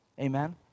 amen